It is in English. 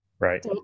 Right